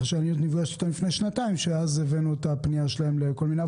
נפגשתי איתם לפני שנתיים ואז הבאנו את הפנייה שלהם לכל מיני גורמים.